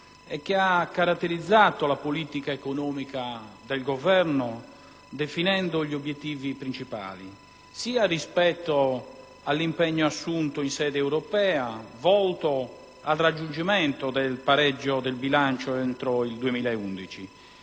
e che ha caratterizzato la politica economica del Governo definendo gli obiettivi principali, sia rispetto all'impegno assunto in sede europea, volto al raggiungimento del pareggio del bilancio entro il 2011,